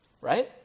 right